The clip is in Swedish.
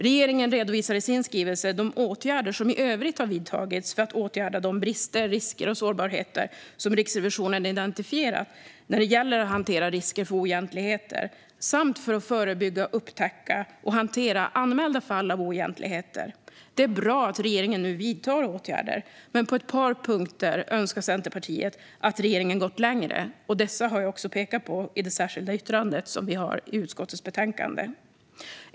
Regeringen redovisar i sin skrivelse de åtgärder som i övrigt vidtagits för att åtgärda de brister, risker och sårbarheter som Riksrevisionen identifierat när det gäller att hantera risker för oegentligheter samt för att förebygga, upptäcka och hantera anmälda fall av oegentligheter. Det är bra att regeringen nu vidtar åtgärder, men på ett par punkter önskar Centerpartiet att regeringen gått längre. Dessa har jag pekat på i mitt särskilda yttrande i utskottets betänkande.